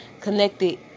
connected